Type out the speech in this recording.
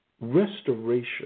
Restoration